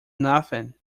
nothing